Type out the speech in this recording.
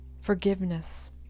forgiveness